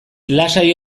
lasai